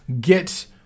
get